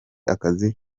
akazi